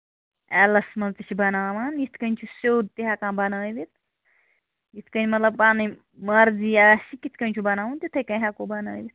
ایلَس منٛز تہِ چھِ بَناوان یِتھٕ کٔنۍ چھِ سیوٚد تہِ ہیٚکان بَنٲوِتھ یِتھٕ کٔنۍ مطلب پَنٕنۍ مَرضی آسہِ تتھٕ کٔنۍ چھُ بَناوُن تِتھٕے کٔنۍ ہیٚکو بَنٲوِتھ